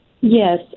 Yes